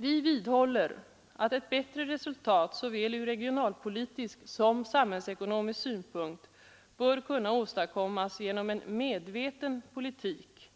Vi vidhåller att ett bättre resultat ur såväl regionalpolitisk som samhällsekonomisk synpunkt bör kunna åstadkommas genom en medveten politik,